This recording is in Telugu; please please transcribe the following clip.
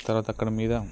తర్వాత అక్కడ మీద